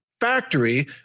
factory